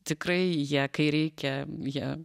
tikrai jie kai reikia jie